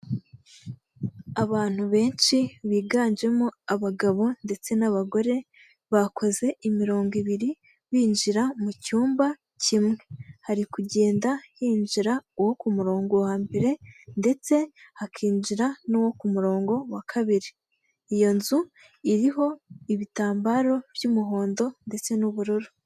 Abantu benshi biganjemo abagabo ndetse n'abagore bakoze imirongo ibiri binjira mu cyumba kimwe, hari kugenda hinjira uwo ku murongo wa mbere ndetse hakinjira n'uwo ku murongo wa kabiri, iyo nzu iriho ibitambaro by'umuhondo ndetse n'ubururu.